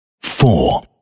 four